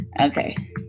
Okay